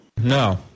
No